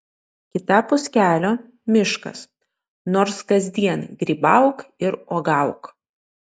kitapus kelio miškas nors kasdien grybauk ir uogauk